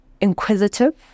inquisitive